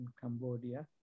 Cambodia